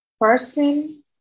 person